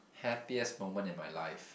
happiest moment in my life